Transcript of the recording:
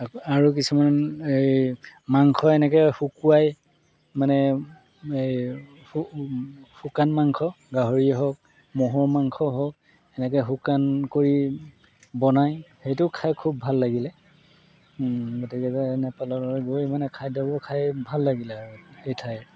আকৌ আৰু কিছুমান এই মাংস এনেকৈ শুকুৱাই মানে এই শু শুকান মাংস গাহৰি হওক ম'হৰ মাংস হওক এনেকৈ শুকান কৰি বনায় সেইটো খাই খুব ভাল লাগিলে গতিকে নেপাললৈ গৈ মানে খাদ্যবোৰ খাই ভাল লাগিলে আৰু সেই ঠাইৰ